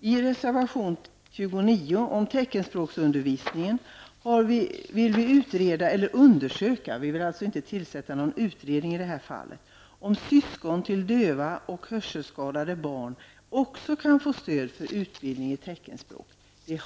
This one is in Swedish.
I reservation 29, som handlar om teckenspråksundervisning, säger vi att vi vill undersöka -- vi kräver alltså inte någon utredning -- om syskon till döva och hörselskadade barn också kan få stöd när det gäller teckenspråksutbildning.